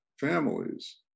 families